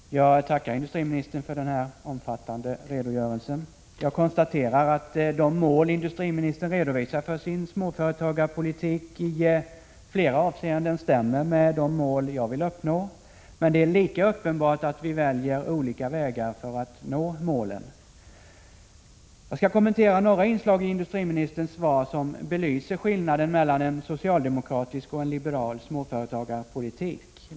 Fru talman! Jag tackar industriministern för den omfattande redogörelsen. Jag konstaterar att de mål industriministern redovisar för sin småföretagarpolitik i flera avseenden överensstämmer med dem jag vill uppnå. Men det är lika uppenbart att vi väljer olika vägar för att nå målen. Jag skall kommentera några inslag i industriministerns svar som belyser skillnaden mellan en socialdemokratisk och en liberal småföretagarpolitik.